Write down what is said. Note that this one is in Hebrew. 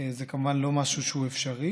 זה כמובן לא משהו שהוא אפשרי,